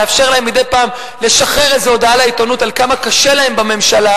לאפשר להם מדי פעם לשחרר איזו הודעה לעיתונות על כמה קשה להם בממשלה,